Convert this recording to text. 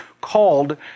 called